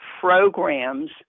programs